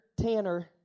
tanner